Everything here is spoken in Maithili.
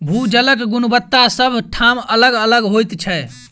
भू जलक गुणवत्ता सभ ठाम अलग अलग होइत छै